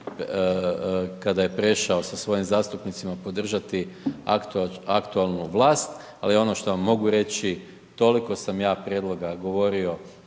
kada je prešao sa svojim zastupnicima podržati aktualnu vlast, ali ono što vam mogu reći toliko sam ja prijedloga govorio